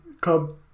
come